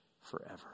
forever